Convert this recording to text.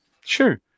Sure